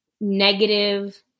negative